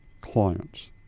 clients